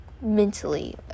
mentally